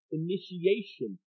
initiation